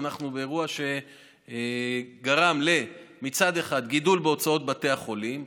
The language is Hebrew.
ואנחנו באירוע שגרם מצד אחד לגידול בהוצאות בתי החולים,